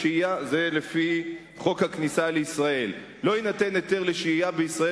לפי חוק הכניסה לישראל: "לא יינתן היתר לשהייה בישראל